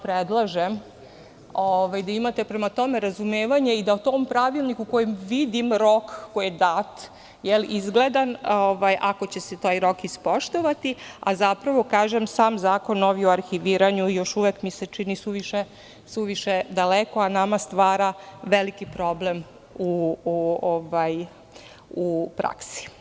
Predlažem da imate razumevanja prema tome i da u tom pravilniku, u kojem vidim rok koji je dat, ako će se taj rok ispoštovati, a zapravo kažem, sam novi zakon o arhiviranju još uvek mi se čini suviše daleko, a nama stvara veliki problem u praksi.